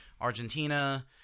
Argentina